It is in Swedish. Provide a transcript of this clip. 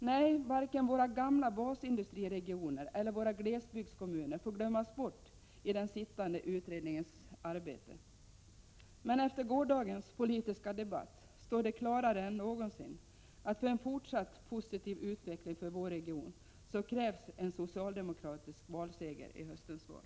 Nej, varken våra gamla basindustriregioner eller våra glesbygdskommuner får glömmas bort i den sittande utredningens arbete: Efter gårdagens politiska debatt står det klarare än någonsin att för en fortsatt positiv utveckling för vår region krävs en socialdemokratisk valseger i höstens val.